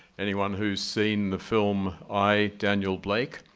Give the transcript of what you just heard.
anyone who's seen the film, i, daniel blake,